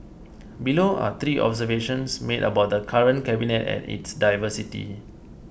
below are three observations made about the current cabinet and its diversity